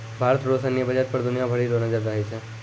भारत रो सैन्य बजट पर दुनिया भरी रो नजर रहै छै